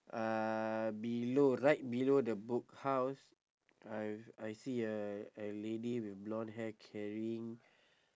uh below right below the book house I've I see a a lady with blonde hair carrying